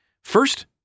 First